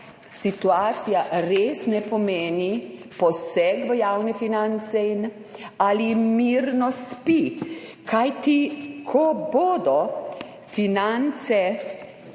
situacija res ne pomeni posega v javne finance in ali mirno spi. Kajti ko bodo finance